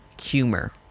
humor